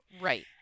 Right